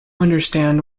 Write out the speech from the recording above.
understand